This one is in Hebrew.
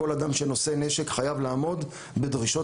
כל אדם שנושא נשק חייב לעמוד בדרישות